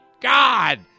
God